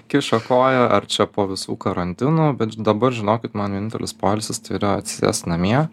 kiša koją ar čia po visų karantinų bet dabar žinokit man vienintelis poilsis tai yra atsisėst namie